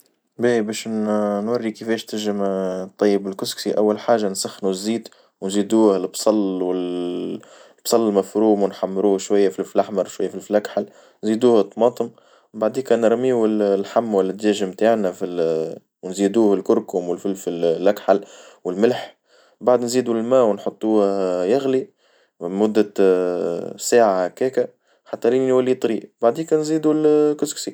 باش نوري كيفاش تنجم طيب الكسكسي أول حاجة نسخنو الزيت ونزيدو البصل البصل المفروم ونحمروه شوية فلفل أحمر وشوية فلفل أكحل نزيدوه طماطم بعديكا نرميو اللحم ولا الدجاج نتاعنا ونزيدوه الكركم والفلفل الأكحل والملح بعد نزيدو الماء ونحطوه يغلي مدة ساعة هكاك حتى لين يولي يطري بعديكا نزيدو الكسكسي.